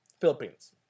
Philippines